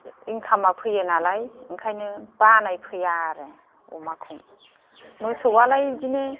इनकामा फैयो नालाय ओंखायनो बानाय फैया आरो अमाखौ मोसौआलाय बिदिनो